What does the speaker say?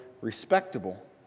respectable